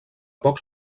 pocs